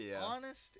honest